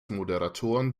moderatoren